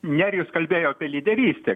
nerijus kalbėjo apie lyderystę